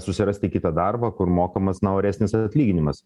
susirasti kitą darbą kur mokamas na oresnis atlyginimas